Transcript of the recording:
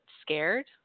scared